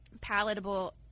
palatable